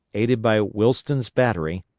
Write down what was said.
aided by willston's battery,